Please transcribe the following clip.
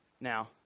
Now